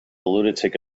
lunatic